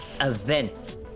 event